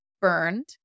burned